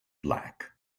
black